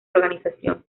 organización